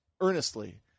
earnestly